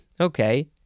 Okay